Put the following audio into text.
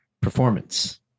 performance